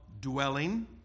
dwelling